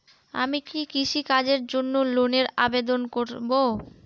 আমি কি কৃষিকাজের জন্য লোনের আবেদন করব?